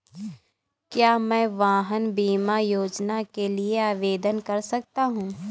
क्या मैं वाहन बीमा योजना के लिए आवेदन कर सकता हूँ?